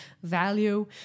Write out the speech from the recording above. value